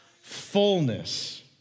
fullness